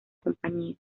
compañía